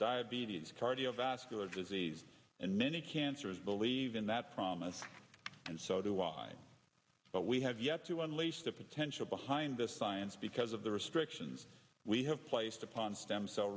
diabetes cardiovascular disease and many cancers believe in that promise and so do i but we have yet to unlace the potential behind this science because of the restrictions we have placed upon stem cell